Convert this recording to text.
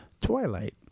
Twilight